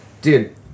dude